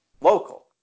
local